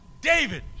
David